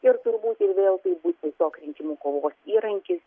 ir turbūt vėl tai bus tiesiog rinkimų kovos įrankis